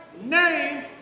name